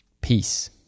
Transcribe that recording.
Peace